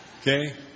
Okay